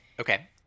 Okay